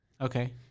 Okay